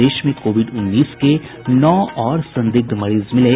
प्रदेश में कोविड उन्नीस के नौ और संदिग्ध मरीज मिले